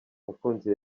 mukunzi